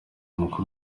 umukuru